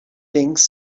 things